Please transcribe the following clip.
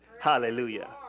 Hallelujah